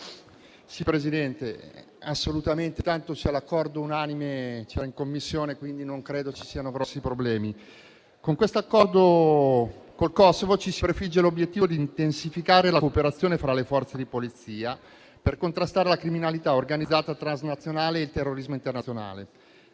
Presidente, avendo raggiunto già l’accordo unanime in Commissione, non credo ci siano grossi problemi. Con l’Accordo al nostro esame tra Italia e Kosovo ci si prefigge l’obiettivo di intensificare la cooperazione fra le forze di polizia per contrastare la criminalità organizzata transnazionale e il terrorismo internazionale.